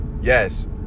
yes